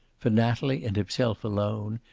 for natalie and himself alone,